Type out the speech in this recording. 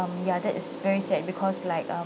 um ya that is very sad because like uh